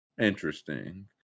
Interesting